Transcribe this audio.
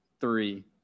three